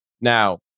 Now